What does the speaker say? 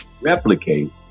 replicate